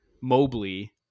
Mobley